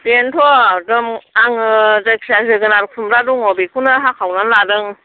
बेन्थ' दमु आङो जायखिया जोगोनार खुमब्रा दङ बेखौनो हाखावना लादों